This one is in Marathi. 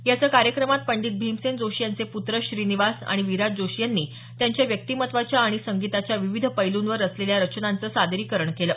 याचं कार्यक्रमात पंडित भीमसेन जोशी यांचे प्त्र श्रीनिवास आणि विराज जोशी यांनी त्यांच्या व्यक्तिमत्वाच्या आणि संगीताच्या विविध पैलूंवर रचलेल्या रचनांचे सादरीकरण केलं